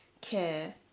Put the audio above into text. care